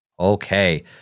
Okay